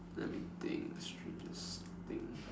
let me think strangest thing